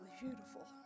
beautiful